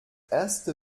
erste